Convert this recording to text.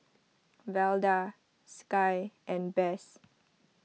Velda Sky and Bess